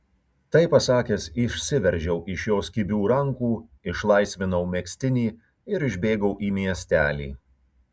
tai pasakęs išsiveržiau iš jos kibių rankų išlaisvinau megztinį ir išbėgau į miestelį